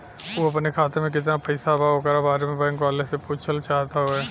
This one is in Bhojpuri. उ अपने खाते में कितना पैसा बा ओकरा बारे में बैंक वालें से पुछल चाहत हवे?